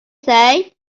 say